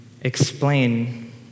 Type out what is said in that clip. explain